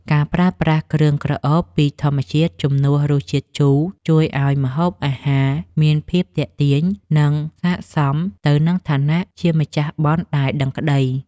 ការប្រើប្រាស់គ្រឿងក្រអូបពីធម្មជាតិជំនួសរសជាតិជូរជួយឱ្យម្ហូបអាហារមានភាពទាក់ទាញ និង សក្តិសមទៅនឹងឋានៈជាម្ចាស់បុណ្យដែលដឹងក្តី។